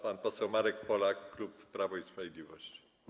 Pan poseł Marek Polak, klub Prawo i Sprawiedliwość.